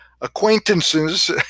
acquaintances